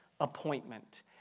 appointment